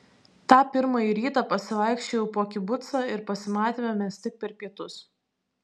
tą pirmąjį rytą pasivaikščiojau po kibucą ir pasimatėme mes tik per pietus